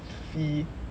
fee